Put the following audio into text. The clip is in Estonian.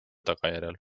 tagajärjel